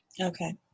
Okay